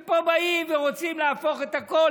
ופה באים ורוצים להפוך את הכול,